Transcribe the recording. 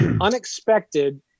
unexpected